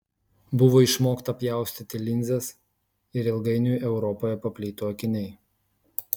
buvo išmokta pjaustyti linzes ir ilgainiui europoje paplito akiniai